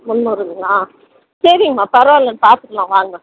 முந்நூறுங்களா சரிங்கம்மா பரவாயில்லை பார்த்துக்கலாம் வாங்க